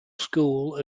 school